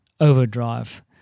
overdrive